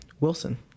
Wilson